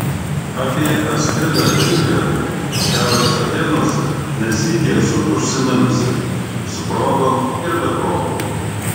apie astridą lindgren šiaurės atėnuose ne sykį esu užsiminusi su progom ir be progų